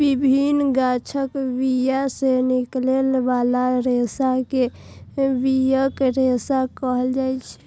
विभिन्न गाछक बिया सं निकलै बला रेशा कें बियाक रेशा कहल जाइ छै